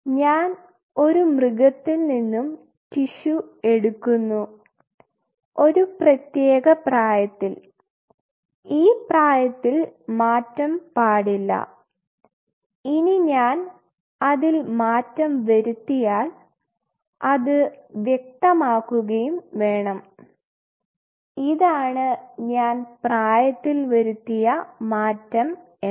ഞാൻ ഒരു മൃഗത്തിൽ നിന്നും ടിഷ്യു എടുക്കുന്നു ഒരു പ്രത്യേക പ്രായത്തിൽ ഈ പ്രായത്തിൽ മാറ്റം പാടില്ല ഇനി ഞാൻ അതിൽ മാറ്റം വരുത്തിയാൽ അത് വ്യക്തമാക്കുകയും വേണം ഇതാണ് ഞാൻ പ്രായത്തിൽ വരുത്തിയ മാറ്റം എന്ന്